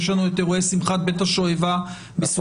יש לנו את אירועי שמחת בית השואבה בסוכות,